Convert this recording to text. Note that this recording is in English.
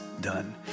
done